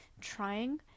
trying